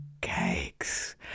cakes